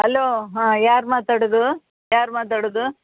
hello ಹಾಂ ಯಾರು ಮಾತಾಡೋದು ಯಾರು ಮಾತಾಡೋದು